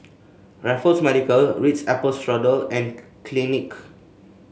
Raffles Medical Ritz Apple Strudel and Clinique